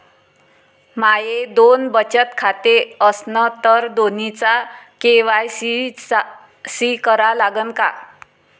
माये दोन बचत खाते असन तर दोन्हीचा के.वाय.सी करा लागन का?